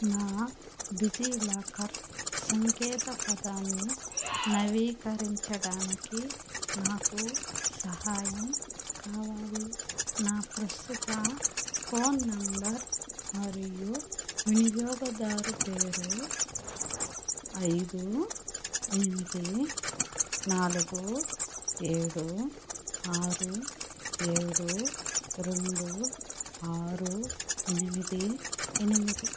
నా డిజిలాకర్ సంకేతపదాన్ని నవీకరించడానికి నాకు సహాయం కావాలి నా ప్రస్తుత ఫోన్ నంబర్ మరియు వినియోగదారు పేరు ఐదు ఎనిమిది నాలుగు ఏడు ఆరు ఏడు రెండు ఆరు ఎనిమిది ఎనిమిది